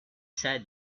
said